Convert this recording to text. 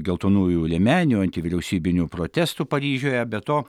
geltonųjų liemenių antivyriausybinių protestų paryžiuje be to